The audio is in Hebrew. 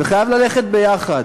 זה חייב ללכת יחד.